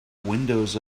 windows